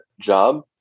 job